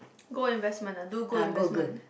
gold investment ah do gold investment